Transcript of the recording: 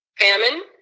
famine